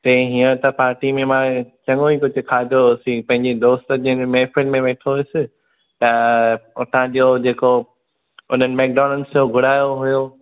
उते इएं त पार्टीअ में मां चङो ई कुझु खाधो होसीं पंहिंजे दोस्त जी इन महिफ़िल में वेठो हुयुसि त उतां जो जेको उन्हनि मैकडोनल्स घुरायो हुयो